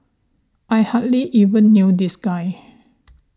I hardly even knew this guy